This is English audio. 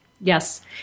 Yes